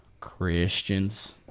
Christians